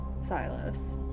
Silas